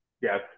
Yes